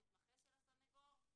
המתמחה של הסניגור,